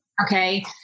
Okay